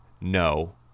no